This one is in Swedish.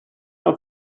jag